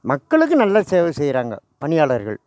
மக்களுக்கு நல்ல சேவை செய்கிறாங்க பணியாளர்கள்